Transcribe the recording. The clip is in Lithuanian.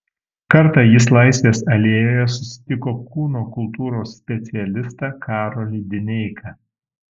kartą jis laisvės alėjoje susitiko kūno kultūros specialistą karolį dineiką